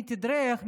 מי תדרך,